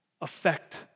affect